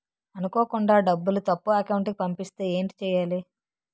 అనుకోకుండా డబ్బులు తప్పు అకౌంట్ కి పంపిస్తే ఏంటి చెయ్యాలి?